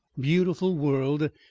beautiful world,